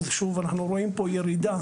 שוב, אנחנו רואים פה ירידה.